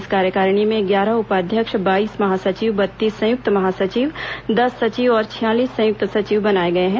इस कार्यकारिणी में ग्यारह उपाध्यक्ष बाईस महासचिव बत्तीस संयुक्त महासचिव दस सचिव और छियालीस संयुक्त सचिव बनाए गए हैं